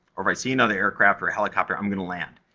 or if i see another aircraft, or a helicopter, i'm gonna land.